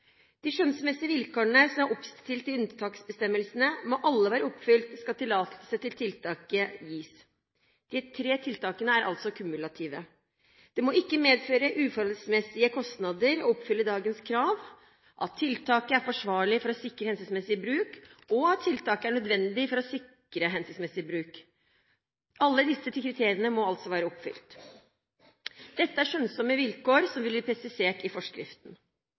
De skjønnsmessige vilkårene som er oppstilt i unntaksbestemmelsene, må alle være oppfylt dersom tillatelse til tiltaket skal gis. De tre tiltakene er altså kumulative. Det må ikke medføre uforholdsmessige kostnader å oppfylle dagens krav: at tiltaket er forsvarlig for å sikre hensiktsmessig bruk, og at tiltaket er nødvendig for å sikre hensiktsmessig bruk. Alle disse kriteriene må altså være oppfylt. Dette er skjønnsomme vilkår som vil bli presisert i forskriften.